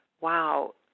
wow